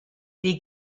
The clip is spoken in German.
die